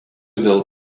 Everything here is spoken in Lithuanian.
dėl